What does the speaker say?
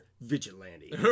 vigilante